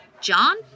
John